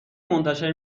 منتشر